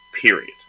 period